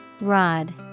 Rod